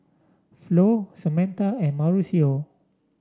Flo Samatha and Mauricio